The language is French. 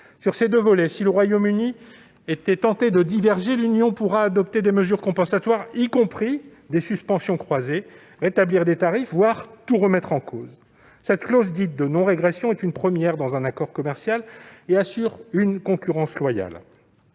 Sur ces deux volets, si le Royaume-Uni était tenté de diverger, l'Union européenne pourra adopter des mesures compensatoires, y compris des suspensions croisées, rétablir des tarifs, voire tout remettre en cause. Cette clause dite de « non-régression » est une première dans un accord commercial et assure une concurrence loyale.